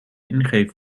ingeven